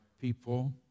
people